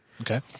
Okay